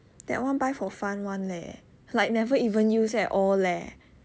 that one buy for fun [one] leh like never even use before [one] leh